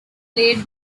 laid